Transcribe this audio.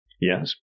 Yes